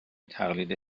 تقلید